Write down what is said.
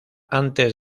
antes